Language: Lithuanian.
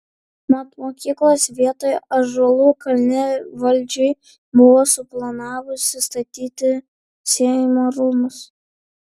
mat mokyklos vietoje ąžuolų kalne valdžia buvo suplanavusi statyti seimo rūmus